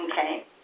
Okay